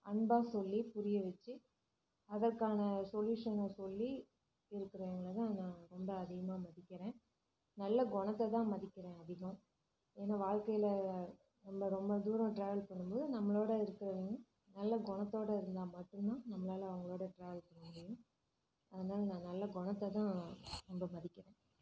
அன்பாக சொல்லி புரிய வச்சு அதற்கான சொல்யூஷனை சொல்லி கொடுக்குறவைங்கள தான் நான் ரொம்ப அதிகமாக மதிக்கிறேன் நல்ல குணத்த தான் மதிக்கிறேன் அதிகம் ஏன்னா வாழ்க்கையில் நம்ம ரொம்ப தூரம் ட்ராவல் பண்ணும் போது நம்மளோட இருக்குறவங்க நல்ல குணத்தோட இருந்தால் மட்டும்தான் நம்மளால அவங்களோட ட்ராவல் பண்ண முடியும் அதனால் நான் நல்ல குணத்த தான் ரொம்ப மதிக்கிறேன்